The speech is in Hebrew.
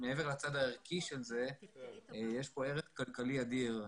מעבר לצד הערכי של זה, יש פה ערך כלכלי אדיר.